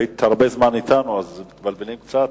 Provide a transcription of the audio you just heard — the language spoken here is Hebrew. היית הרבה זמן אתנו אז מתבלבלים קצת,